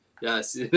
yes